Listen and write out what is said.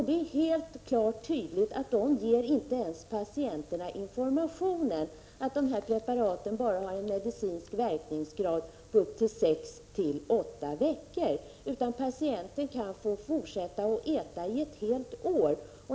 Det är helt klart att de inte ens ger patienter informationen att preparaten bara har en medicinsk verkningsgrad på sex till åtta veckor, utan patienter kan få fortsätta att äta preparaten ett helt år.